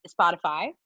Spotify